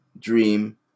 Dream